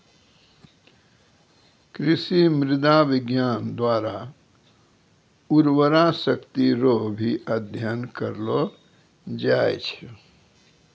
कृषि मृदा विज्ञान द्वारा उर्वरा शक्ति रो भी अध्ययन करलो जाय छै